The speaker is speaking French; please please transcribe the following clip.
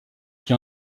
qui